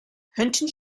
hunting